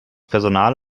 personal